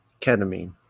Ketamine